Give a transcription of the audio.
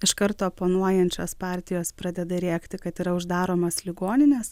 iškart oponuojančios partijos pradeda rėkti kad yra uždaromos ligoninės